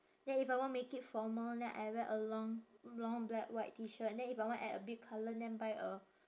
then if I want make it formal then I wear a long long black white T shirt then if I want add a bit colour then buy a